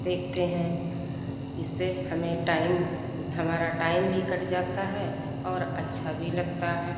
देखते हैं इससे हमें टाइम हमारा टाइम भी कट जाता है और अच्छा भी लगता है